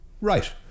Right